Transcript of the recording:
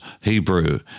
Hebrew